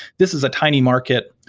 this is a tiny market.